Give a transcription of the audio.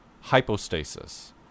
hypostasis